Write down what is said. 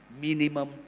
minimum